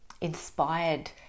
inspired